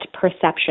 perception